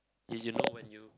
eh you know when you